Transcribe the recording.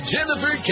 Jennifer